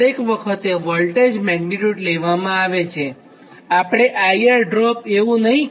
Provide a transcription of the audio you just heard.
દરેક વખતે મેગ્નીટ્યુડ લેવામાં આવે છે આપણે IR ડ્રોપ એવું કહેતાં નથી